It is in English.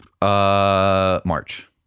march